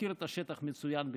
מכיר את השטח מצוין בירושלים.